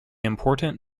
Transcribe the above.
important